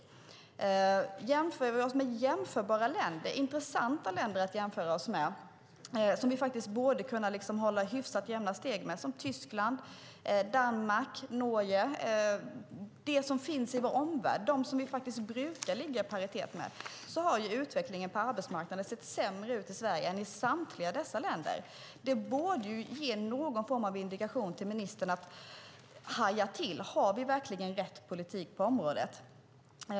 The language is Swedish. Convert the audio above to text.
Om vi jämför oss med jämförbara länder - länder som är intressanta att jämföra oss med och som vi borde kunna hålla hyfsat jämna steg med, som Tyskland, Danmark, Norge, alltså sådana länder i vår omvärld som vi brukar ligga i paritet med - har utvecklingen på arbetsmarknaden sett sämre ut i Sverige än i samtliga dessa länder. Det borde ge någon form av indikation till ministern att haja till: Har vi verkligen rätt politik på området?